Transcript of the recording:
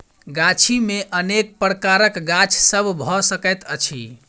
गाछी मे अनेक प्रकारक गाछ सभ भ सकैत अछि